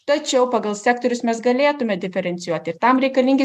tačiau pagal sektorius mes galėtume diferencijuoti tam reikalingi